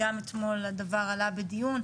גם אתמול הדבר עלה בדיון,